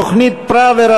תוכנית פראוור,